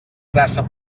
traça